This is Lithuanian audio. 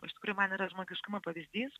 o iš tikrųjų man yra žmogiškumo pavyzdys